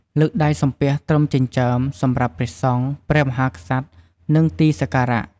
លើកដៃសំពះត្រឹមចិញ្ចើម សម្រាប់ព្រះសង្ឃ ព្រះមហាក្សត្រ និង ទីសក្ការៈ។